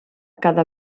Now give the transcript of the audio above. cada